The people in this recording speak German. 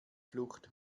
flucht